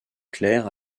clair